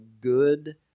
good